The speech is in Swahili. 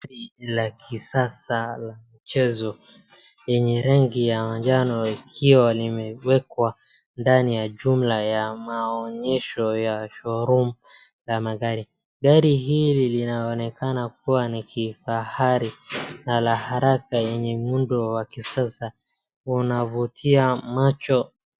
Gari la kisasa la michezo yenye rangi ya manjano ikiwa limewekwa ndani ya jumla ya maonyesho ya showroom la magari. Gari hili linaonekana kuwa ni kifahari na la haraka yenye muundo wa kisasa unavutia macho.